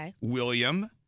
William